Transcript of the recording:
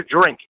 drink